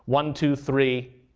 one, two, three.